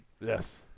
Yes